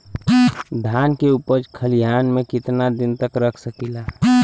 धान के उपज खलिहान मे कितना दिन रख सकि ला?